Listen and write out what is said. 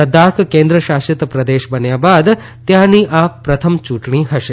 લદાખ કેન્દ્ર શાસિત પ્રદેશ બન્યા બાદ ત્યાંની આ પ્રથમ ચુંટણી હશે